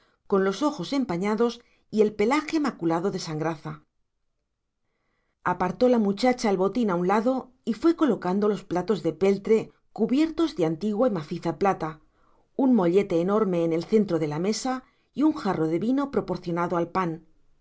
con los ojos empañados y el pelaje maculado de sangraza apartó la muchacha el botín a un lado y fue colocando platos de peltre cubiertos de antigua y maciza plata un mollete enorme en el centro de la mesa y un jarro de vino proporcionado al pan